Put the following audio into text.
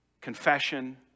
confession